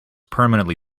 permanently